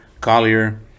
Collier